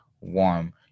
warm